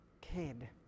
kid